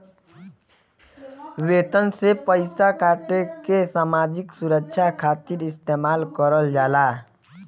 वेतन से पइसा काटके सामाजिक सुरक्षा खातिर इस्तेमाल करल जाला